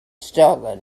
stolen